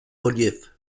reliefs